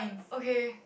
okay